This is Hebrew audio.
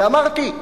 ואמרתי,